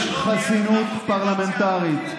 יש חסינות פרלמנטרית.